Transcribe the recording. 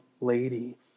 lady